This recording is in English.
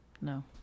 No